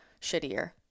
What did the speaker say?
shittier